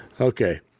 okay